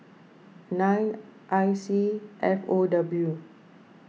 nine I C F O W